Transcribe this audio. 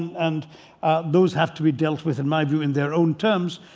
and those have to be dealt with, in my view, in their own terms.